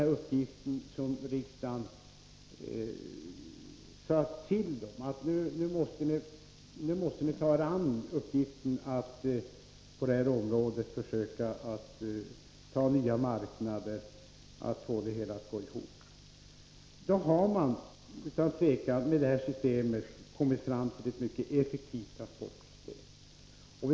När SJ nu, på riksdagens uppmaning, tagit sig an uppgiften att på detta område försöka ta nya marknader och få det hela att gå ihop, har de utan tvivel med det här systemet kommit fram till ett mycket effektivt transportsystem.